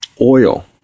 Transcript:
oil